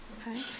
Okay